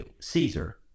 Caesar